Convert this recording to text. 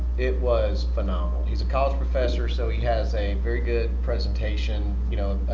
it was phenomenal. he's a college professor so he has a very good presentation you know